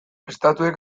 estatuek